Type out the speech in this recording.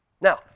Now